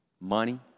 money